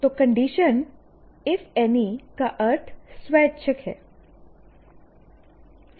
तो condition if any का अर्थ स्वैच्छिक है